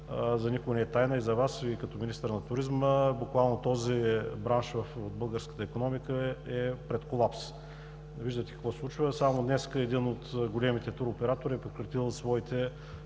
За никой не е тайна и за Вас като министър на туризма, че буквално този бранш в българската икономика е пред колапс. Виждате какво се случва и само днес един от големите туроператори е прекратил своите